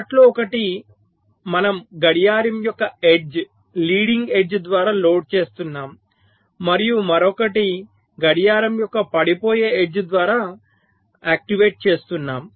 వాటిలో ఒకటి మనం గడియారం యొక్క ఎడ్జ్ లీడింగ్ ఎడ్జ్ ద్వారా లోడ్ చేస్తున్నాము మరియు మరొకటి గడియారం యొక్క పడిపోయే ఎడ్జ్ ద్వారా సక్రియం చేస్తున్నాం